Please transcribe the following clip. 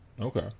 Okay